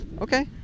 okay